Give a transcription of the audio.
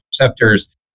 receptors